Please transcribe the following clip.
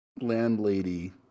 landlady